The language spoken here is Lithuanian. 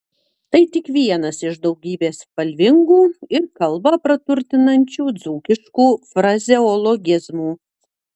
tai tik vienas iš daugybės spalvingų ir kalbą praturtinančių dzūkiškų frazeologizmų